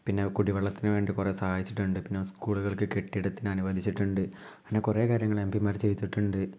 പിന്നെ കുടിവെള്ളത്തിന് വേണ്ടി കുറെ സഹായിച്ചിട്ടുണ്ട് പിന്നെ സ്കൂള്കൾക്ക് കെട്ടിടത്തിന് അനുവദിച്ചിട്ടുണ്ട് അങ്ങനെ കുറെ കാര്യങ്ങള് എംപിമാര് ചെയ്യ്തിട്ടുണ്ട്